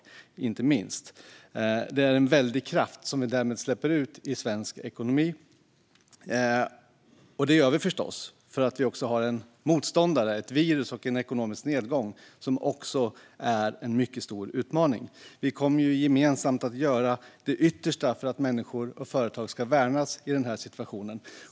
Därigenom släpps en väldig kraft ut i svensk ekonomi. Det gör vi förstås för att vi har motståndare - ett virus och en ekonomisk nedgång - som utgör en mycket stor utmaning. Vi kommer gemensamt att göra det yttersta för att människor och företag ska värnas i denna situation.